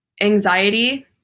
anxiety